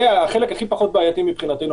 זה החלק הכי פחות בעייתי מבחינתנו.